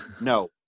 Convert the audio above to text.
No